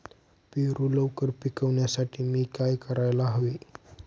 पेरू लवकर पिकवण्यासाठी मी काय करायला हवे?